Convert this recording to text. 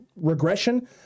regression